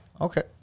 Okay